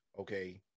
okay